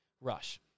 rush